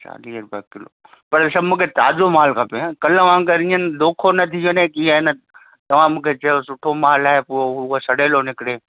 चालीह रुपए किलो पर सभु मूंखे ताज़ो मालु खपे कल्ह वांगुरु ईअं दोखो न थी वञे की अन तव्हां मूंखे चयो सुठो मालु आहे पोइ उ उहो सड़ेलो निकिरे